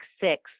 six